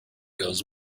goes